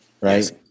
right